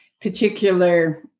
particular